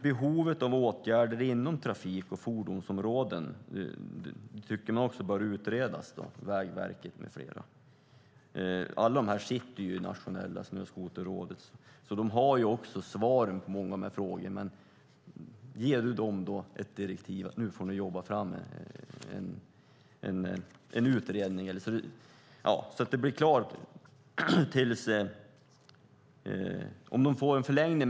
Behovet av åtgärder inom trafik och fordonsområdena tycker Trafikverket med flera också bör utredas. Alla de här sitter ju i Nationella Snöskoterrådet, alltså har de också svaren på många av de här frågorna. Ger du dem ett direktiv, att de får jobba fram en utredning så att det blir klart, eller om man får en förlängning?